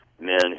men